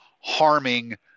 harming